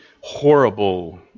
horrible